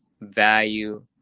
value